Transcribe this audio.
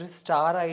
star